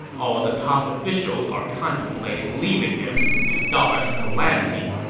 all the top officials are contemplating leaving him to dodge calamity.